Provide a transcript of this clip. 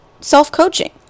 self-coaching